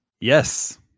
Yes